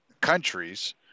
countries